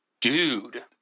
dude